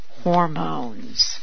hormones